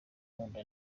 nkunda